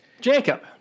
Jacob